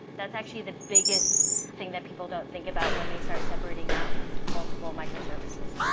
that's actually the biggest thing that people don't think about when they start separating out multiple microservices.